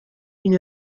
une